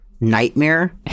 nightmare